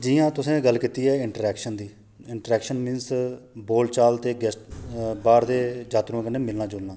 जि'यां तुसें गल्ल कीती ऐ इंटरैक्शन दी इंटरैक्शन मीन्स बोल चाल ते गै बाह्र दे जात्तरुएं कन्नै मिलना जुलना